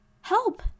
Help